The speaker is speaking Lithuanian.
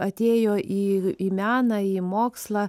atėjo į į meną į mokslą